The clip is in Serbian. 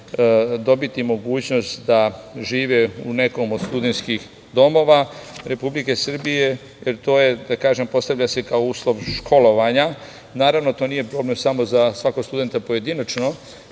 dobiti mogućnost da žive u nekom od studenskih domova Republike Srbije, jer se to postavlja kao uslov školovanja. Naravno, to nije problem samo za svakog studenta pojedinačno,